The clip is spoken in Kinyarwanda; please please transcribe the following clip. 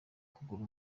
kugura